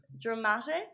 dramatic